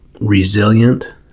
resilient